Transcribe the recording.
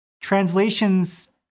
translations